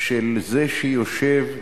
של זה שיושב לידך.